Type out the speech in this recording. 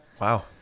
Wow